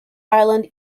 island